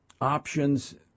options